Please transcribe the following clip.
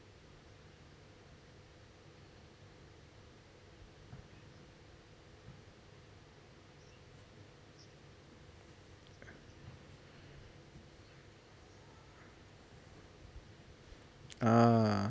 ah